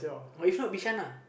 or if not Bishan lah